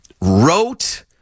wrote